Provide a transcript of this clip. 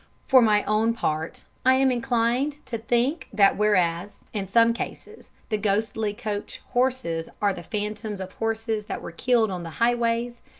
for my own part i am inclined to think that whereas, in some cases, the ghostly coach horses are the phantoms of horses that were killed on the highways,